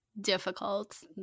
difficult